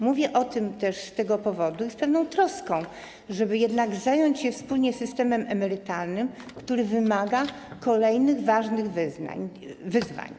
Mówię o tym też z tego powodu - i z pewną troską - żeby jednak zająć się wspólnie systemem emerytalnym, który wymaga podjęcia kolejnych ważnych wyzwań.